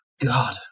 God